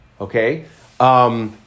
Okay